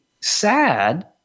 sad